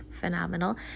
phenomenal